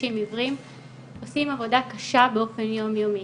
עושים עבודה קשה באופן יומיומי.